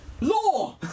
Law